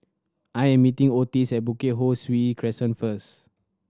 I am meeting Otis at Bukit Ho Swee Crescent first